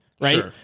Right